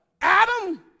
Adam